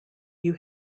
you